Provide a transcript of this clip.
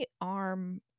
arm